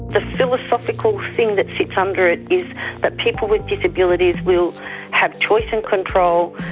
the philosophical thing that sits under it is that people with disabilities will have choice and control,